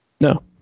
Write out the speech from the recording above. no